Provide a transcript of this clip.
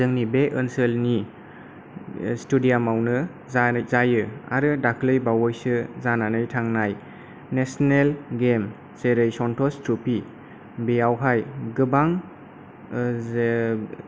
जोंनि बे ओनसोलनि ष्टेडियामावनो जायो आरो दाख्लै बावयैसो जानानै थांनाय नेशनेल गेम जेरै सन्तश ट्रफि बेवहाय गोबां जे